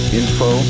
info